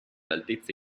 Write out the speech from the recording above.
altezza